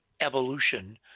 evolution